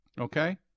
okay